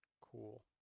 cool